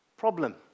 problem